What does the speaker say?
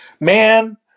man